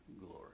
glory